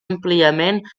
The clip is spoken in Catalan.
àmpliament